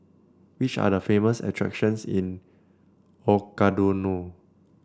which are the famous attractions in Ouagadougou